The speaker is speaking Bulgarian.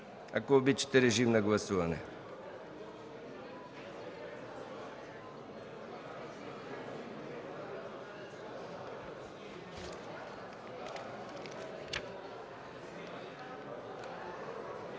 Ако обичате, режим на гласуване